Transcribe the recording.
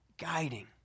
guiding